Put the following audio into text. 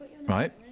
right